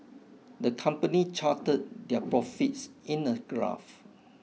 the company charted their profits in a graph